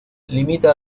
limita